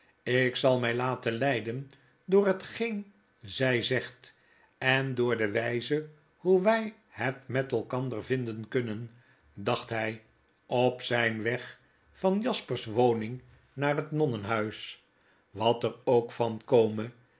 ik zal my laten leiden door hetgeen zg zegt en door de wjjze hoe wij het met elkander vinden zullen dacht hii op zijn weg van jasper's woning naar het nonnenhuis wat er ook van kome